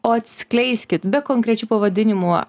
atskleiskit be konkrečių pavadinimų